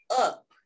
up